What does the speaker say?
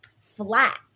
flat